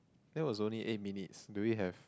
that was only eight minutes do we have